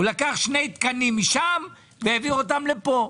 הוא לקח שני תקנים משם והעביר אותם לפה.